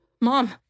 Mom